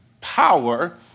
power